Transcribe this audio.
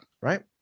right